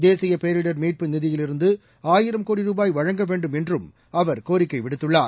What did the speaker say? தேசிய பேரிடர் மீட்பு நிதியிலிருந்து ஆயிரம் கோடி ரூபாய் வழங்க வேண்டும் என்றும் அவர் கோரிக்கை விடுத்துள்ளார்